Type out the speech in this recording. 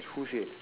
who said